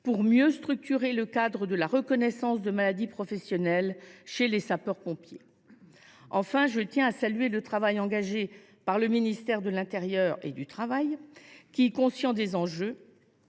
renforçant le cadre de la reconnaissance des maladies professionnelles des sapeurs pompiers. Je tiens à saluer le travail engagé par les ministères de l’intérieur et du travail qui, conscients des enjeux,